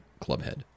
clubhead